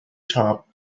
top